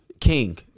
King